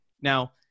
Now